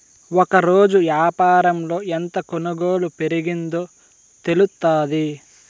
ఒకరోజు యాపారంలో ఎంత కొనుగోలు పెరిగిందో తెలుత్తాది